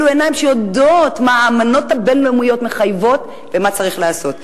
אלה עיניים שיודעות מה האמנות הבין-לאומיות מחייבות ומה צריך לעשות.